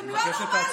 אתם לא נורמליים.